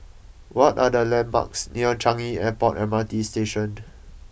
what are the landmarks near Changi Airport M R T Station